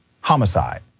homicide